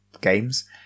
games